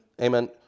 Amen